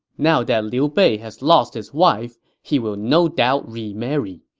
now that liu bei has lost his wife, he will no doubt remarry.